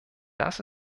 das